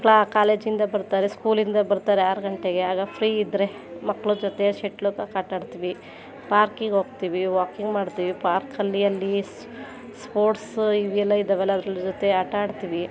ಕ್ಲಾ ಕಾಲೇಜಿಂದ ಬರ್ತಾರೆ ಸ್ಕೂಲಿಂದ ಬರ್ತಾರೆ ಆರು ಗಂಟೆಗೆ ಆಗ ಫ್ರೀ ಇದ್ದರೆ ಮಕ್ಳ ಜೊತೆ ಶಟ್ಲ್ ಕಾಕ್ ಆಟಾಡ್ತೀವಿ ಪಾರ್ಕಿಗೋಗ್ತಿವಿ ವಾಕಿಂಗ್ ಮಾಡ್ತೀವಿ ಪಾರ್ಕಲ್ಲಿ ಅಲ್ಲಿ ಸ್ ಸ್ಪೋರ್ಟ್ಸು ಇವೆಲ್ಲ ಇದ್ದಾವಲ್ಲ ಅದ್ರ ಜೊತೆ ಆಟಾಡ್ತೀವಿ